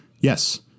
Yes